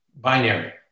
Binary